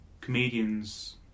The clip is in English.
comedians